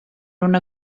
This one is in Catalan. una